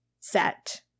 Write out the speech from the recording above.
set